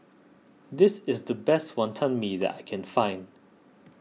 this is the best Wantan Mee that I can find